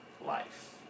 life